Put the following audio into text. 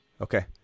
okay